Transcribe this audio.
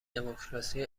دموکراسی